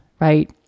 right